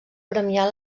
premiar